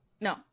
no